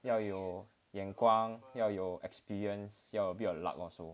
要有眼光要有 experience 要 a bit of luck also